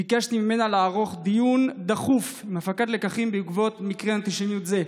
וביקשתי ממנה לערוך דיון דחוף עם הפקת לקחים בעקבות מקרה אנטישמיות זה.